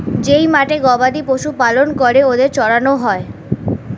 যেই মাঠে গবাদি পশু পালন করে ওদের চড়ানো হয়